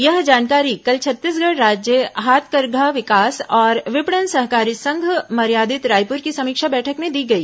यह जानकारी कल छत्तीसगढ़ राज्य हाथकरघा विकास और विपणन सहकारी संघ मर्यादित रायपुर की समीक्षा बैठक में दी गई